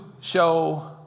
show